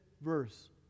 verse